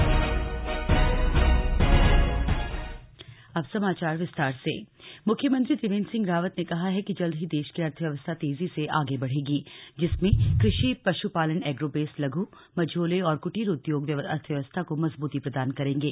कार्यक्रम सीएम मुख्यमंत्री त्रिवेन्द्र सिंह रावत ने कहा है कि जल्द ही देश की अर्थव्यवस्था तेजी से आगे बढ़ेगी जिसमें कृषि पशुपालन एग्रोबेस लघु मझोले और कुटीर उद्योग अर्थव्यवस्था को मजबूती प्रदान करेंगे